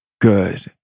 Good